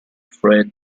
fred